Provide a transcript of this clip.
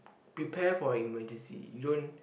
prepare for emergency you don't